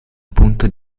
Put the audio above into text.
punto